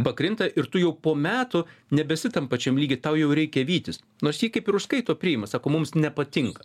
pakrinta ir tu jau po metų nebesi tam pačiam lygy tau jau reikia vytis nors jie kaip ir užskaito priima sako mums nepatinka